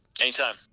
Anytime